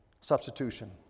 Substitution